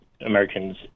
Americans